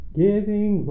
giving